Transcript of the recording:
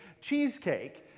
cheesecake